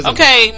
Okay